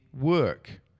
work